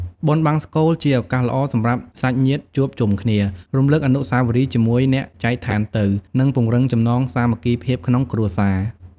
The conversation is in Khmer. បុណ្យបង្សុកូលជាឱកាសល្អសម្រាប់សាច់ញាតិជួបជុំគ្នា រំលឹកអនុស្សាវរីយ៍ជាមួយអ្នកចែកឋានទៅ និងពង្រឹងចំណងសាមគ្គីភាពក្នុងគ្រួសារ។